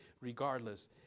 regardless